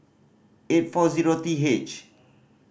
eight four zero T H